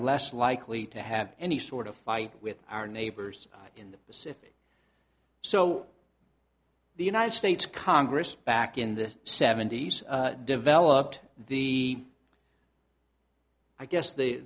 less likely to have any sort of fight with our neighbors in the pacific so the united states congress back in the seventy's developed the i guess